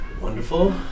Wonderful